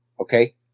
Okay